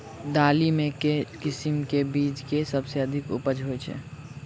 दालि मे केँ किसिम केँ बीज केँ सबसँ अधिक उपज होए छै?